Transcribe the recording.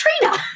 Trina